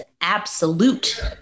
absolute